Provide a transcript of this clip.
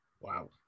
Wow